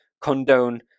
condone